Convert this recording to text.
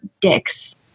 dicks